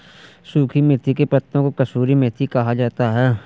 सुखी मेथी के पत्तों को कसूरी मेथी कहा जाता है